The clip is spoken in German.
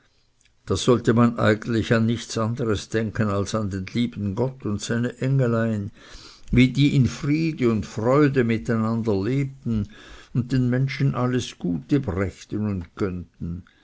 da sollte man eigentlich an nichts anderes denken als an den lieben gott und seine engelein wie die in friede und freude mit einander lebten und den menschen alles gute brächten und gönnten